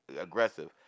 aggressive